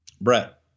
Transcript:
Brett